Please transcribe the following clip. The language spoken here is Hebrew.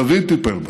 דוד טיפל בהם,